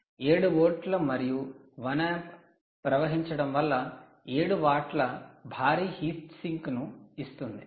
7 వోల్ట్లు మరియు 1 ఆంప్ ప్రవహించడం వల్ల 7 వాట్ల భారీ 'హీట్ సింక్ ను ఇస్తుంది